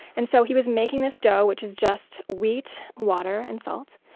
and so he was making this dough, which is just wheat, water and salt.